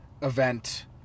event